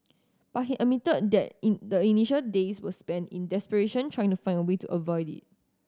but he admitted that in the initial days were spent in desperation trying to find a way to avoid it